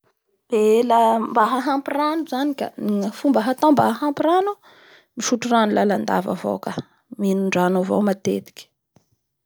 Eee la mba hahampy rano zany, ny fomba hatao mba hahampy rano misotro rano lalalandava avao ka. Mino, ndrano avao matetiky.